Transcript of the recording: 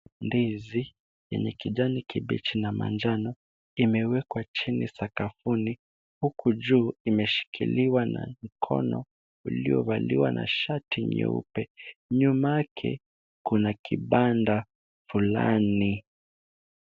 Ndizi yenye kijani kibichi na manjano, imewekwa chini sakafuni, huku juu imeshikiliwa na mkono, uliovaliwa na shati nyeupe. Nyumake kuna kibanda fulani.